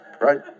right